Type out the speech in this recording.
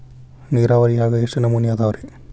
ನೇರಾವರಿಯಾಗ ಎಷ್ಟ ನಮೂನಿ ಅದಾವ್ರೇ?